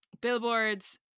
Billboard's